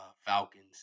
Falcons